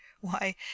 Why